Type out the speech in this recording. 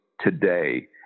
today